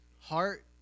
heart